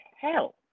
hell